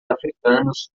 africanos